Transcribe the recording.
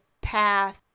path